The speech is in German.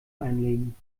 einlegen